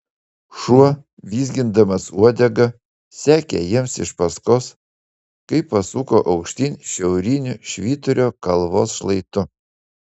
šuo vizgindamas uodega sekė jiems iš paskos kai pasuko aukštyn šiauriniu švyturio kalvos šlaitu